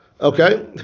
Okay